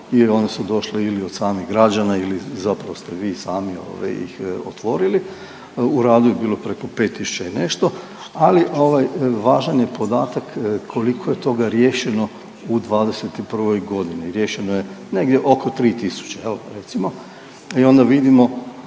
u one su došle ili od strane građana ili zapravo ste vi sami ovaj ih otvorili. U radu je bilo preko 5 tisuća i nešto, ali ovaj važan je podatak koliko je toga riješeno u '21. godini. Riješeno je negdje oko 3 tisuće jel recimo i onda vidimo